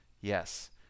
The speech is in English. Yes